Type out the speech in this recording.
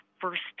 first